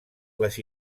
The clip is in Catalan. les